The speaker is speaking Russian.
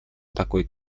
такой